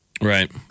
Right